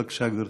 בבקשה, גברתי.